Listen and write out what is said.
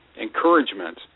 encouragement